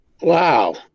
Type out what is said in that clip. Wow